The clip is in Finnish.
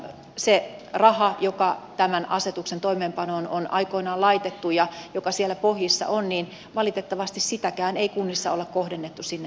sitä rahaakaan joka tämän asetuksen toimeenpanoon on aikoinaan laitettu ja joka siellä pohjissa on valitettavasti ei kunnissa ole kohdennettu sinne minne pitää